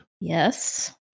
Yes